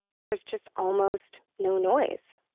there's just almost no noise.